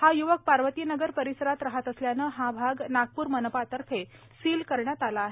हा यूवक पार्वती नगर परिसरात राहात असल्याने हा भाग नागपूर मनपा तर्फे सील करण्यात आला आहे